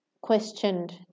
questioned